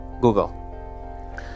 Google